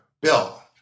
Bill